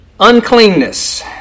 Uncleanness